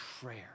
prayer